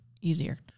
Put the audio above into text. easier